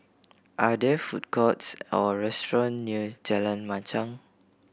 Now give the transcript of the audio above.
are there food courts or restaurant near Jalan Machang